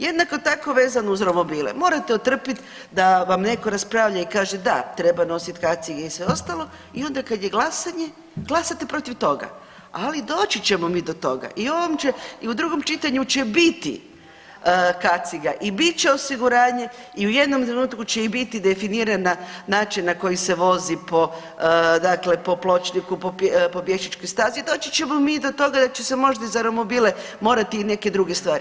Jednako tako vezano uz romobile, morate otrpit da vam netko raspravlja i kaže da, treba nosit kacige i sve ostalo i onda kad je glasanje glasate protiv toga, ali doći ćemo mi do toga i u ovom će i u drugom čitanju će biti kaciga i bit će osiguranje i u jednom trenutku će i biti definirana način na koji se vozi po dakle po pločniku, po pješačkoj stazi, doći ćemo mi i do toga da će se možda za romobile morati i neke druge stvari.